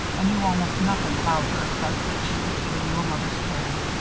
i knew almost nothing about her except that she was giving you a mother's care.